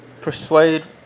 Persuade